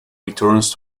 returns